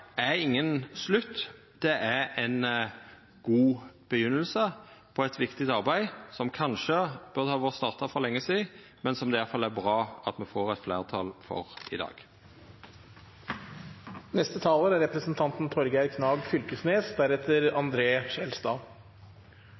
er ingen slutt, det er ein god begynnelse på eit viktig arbeid, som kanskje burde ha vore starta for lenge sidan, men som det i alle fall er bra at me får eit fleirtal for i dag. Dette er